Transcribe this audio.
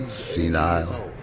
senile.